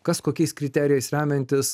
kas kokiais kriterijais remiantis